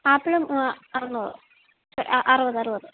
apple അറുനൂറ് അറുപത് അറുപത്